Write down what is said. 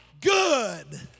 good